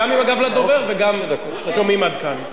גם עם הגב לדובר וגם שומעים עד כאן.